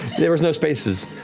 there was no spaces.